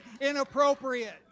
inappropriate